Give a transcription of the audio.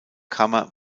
kammer